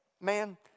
man